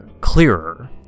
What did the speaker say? clearer